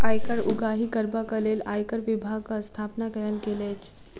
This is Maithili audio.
आयकर उगाही करबाक लेल आयकर विभागक स्थापना कयल गेल अछि